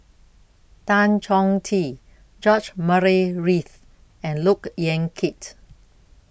Tan Chong Tee George Murray Reith and Look Yan Kit